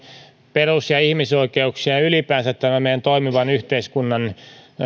perus ja ihmisoikeuksien ja ylipäänsä tämän meidän toimivan yhteiskuntamme